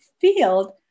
field